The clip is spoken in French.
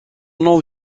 nom